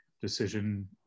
decision